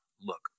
Look